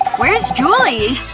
where's julie,